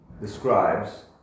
describes